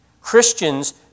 Christians